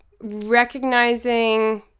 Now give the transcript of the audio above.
recognizing